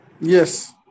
Yes